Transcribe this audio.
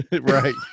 Right